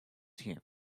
team